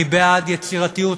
אני בעד יצירתיות,